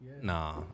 Nah